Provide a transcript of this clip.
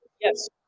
Yes